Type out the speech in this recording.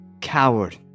coward